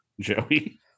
Joey